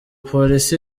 polisi